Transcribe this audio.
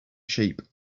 sheep